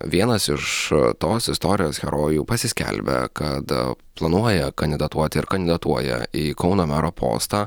vienas iš tos istorijos herojų pasiskelbia kad planuoja kandidatuoti ir kandidatuoja į kauno mero postą